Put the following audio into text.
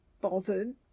bothered